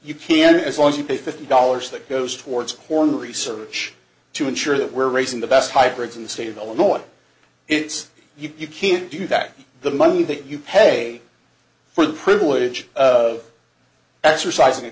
you can as long as you pay fifty dollars that goes towards horn research to ensure that we're racing the best hybrids in the state of illinois it's you can't do that the money that you pay for the privilege of exercising a